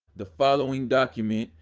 the following document,